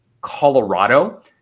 Colorado